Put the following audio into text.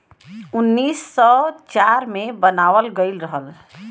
उन्नीस सौ चार मे बनावल गइल रहल